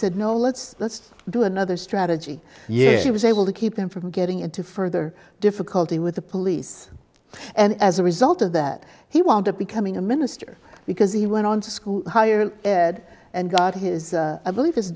instead no let's let's do another strategy yet he was able to keep them from getting into further difficulty with the police and as a result of that he wanted becoming a minister because he went on to school higher ed and got his i believe his